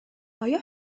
آیا